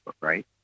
right